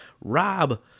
Rob